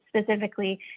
specifically